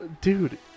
Dude